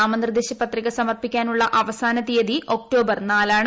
നാമനിർദ്ദേശ പത്രിക സമർപ്പിക്കാനുള്ള അവസാന തീയതി ഒക്ടോബർ നാലാണ്